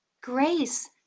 grace